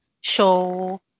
show